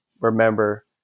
remember